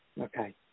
Okay